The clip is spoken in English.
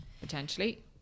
potentially